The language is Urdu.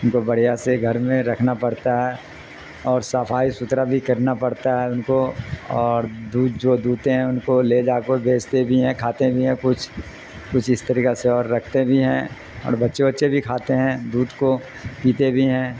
ان کو بڑھیا سے گھر میں رکھنا پڑتا ہے اور صفائی ستھرا بھی کرنا پڑتا ہے ان کو اور دودھ جو دودھتے ہیں ان کو لے جاک بیچتے بھی ہیں کھاتے بھی ہیں کچھ کچھ اس طریقہ سے اور رکھتے بھی ہیں اور بچے بچے بھی کھاتے ہیں دودھ کو پیتے بھی ہیں